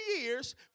years